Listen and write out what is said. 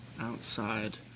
Outside